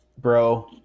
Bro